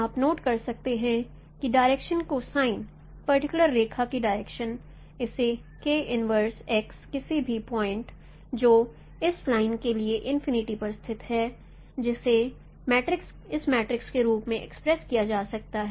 आप नोट कर सकते हैं कि डायरेक्शन कोसाइन पर्टिकुलर रेखा की डायरेक्शन इसे किसी भी पॉइंट जो इस लाइन के लिए इनफिनिटी पर स्थित है जिसे के रूप में एक्सप्रेस किया जा सकता है